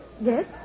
Yes